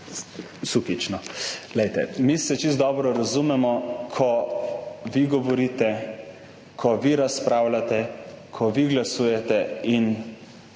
Sukič. Glejte, mi se čisto dobro razumemo, ko vi govorite, ko vi razpravljate, ko vi glasujete. In